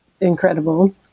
incredible